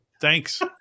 thanks